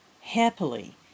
Happily